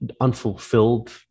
unfulfilled